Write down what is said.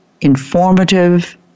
informative